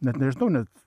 net nežinau net